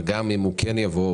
וגם אם הוא כן יבוא,